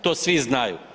To svi znaju.